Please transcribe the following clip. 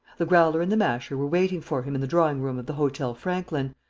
the growler and the masher were waiting for him in the drawing-room of the hotel franklin,